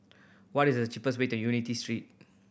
what is the cheapest way to Unity Street